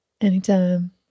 anytime